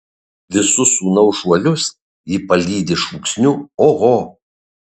visus sūnaus šuolius ji palydi šūksniu oho